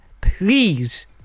please